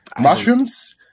Mushrooms